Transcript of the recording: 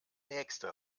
nächste